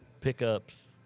pickups